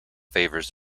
favours